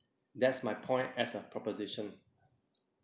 that's my point as a proposition